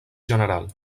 general